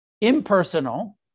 impersonal